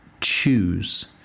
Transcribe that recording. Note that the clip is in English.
choose